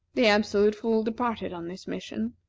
the absolute fool departed on this mission,